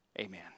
amen